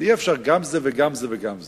אז אי-אפשר גם זה וגם זה וגם זה.